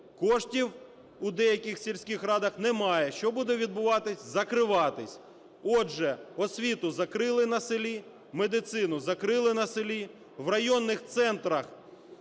коштів у деяких сільських радах немає. Що буде відбуватись? Закриватись. Отже, освіту закрили на селі, медицину закрили на селі. В районних центрах